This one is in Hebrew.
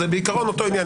זה בעיקרון אותו עניין.